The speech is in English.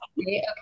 Okay